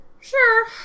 Sure